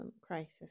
crisis